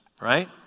right